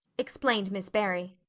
explained miss barry.